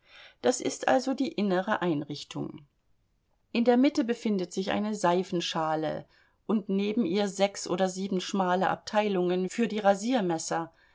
das ist also die innere einrichtung in der mitte befindet sich eine seifenschale und neben ihr sechs oder sieben schmale abteilungen für die rasiermesser